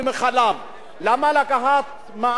למה לקחת מע"מ על קמח,